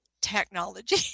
technology